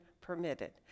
permitted